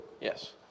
Yes